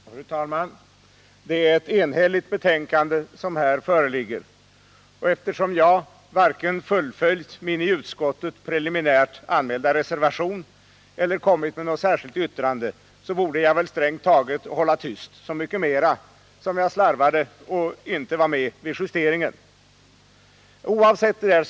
Fru talman! Det är ett enhälligt betänkande som här föreligger, och eftersom jag varken fullföljt min i utskottet preliminärt anmälda reservation eller kommit med något särskilt yttrande borde jag strängt taget hålla tyst — så mycket mera som jag slarvade och inte var med vid justeringen av betänkandet.